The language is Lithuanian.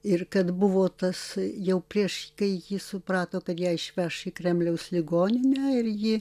ir kad buvo tas jau prieš kai ji suprato kad ją išveš į kremliaus ligoninę ir ji